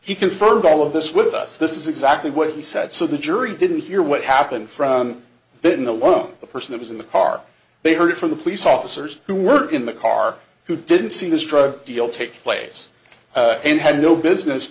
he confirmed all of this with us this is exactly what he said so the jury didn't hear what happened from then the lone person that was in the car they heard it from the police officers who work in the car who didn't see this drug deal take place and had no business